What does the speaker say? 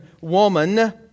woman